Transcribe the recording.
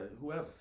whoever